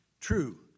true